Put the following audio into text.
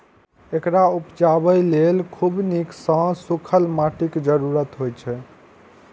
एकरा उपजाबय लेल खूब नीक सं सूखल माटिक जरूरत होइ छै